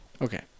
Okay